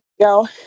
go